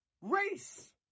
race